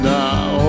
now